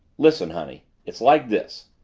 listen, honey it's like this.